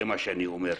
זה מה שאני אומר.